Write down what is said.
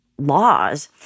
laws